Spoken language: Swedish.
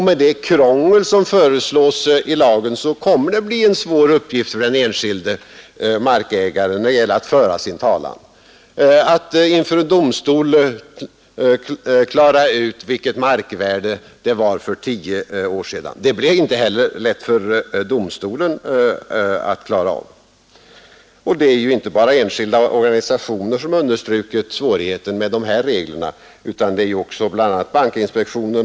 Med det krångel som föreslås i lagen kommer det att bli en svår uppgift för den enskilde markägaren att föra sin talan och inför domstol klara ut vilket markvärde som gällde för tio år sedan. Det blir inte heller lätt för domstolen. Det är inte bara enskilda och organisationer som understrukit svårigheten med dessa regler utan bl.a. även bankinspektionen.